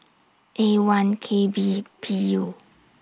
A one K B P U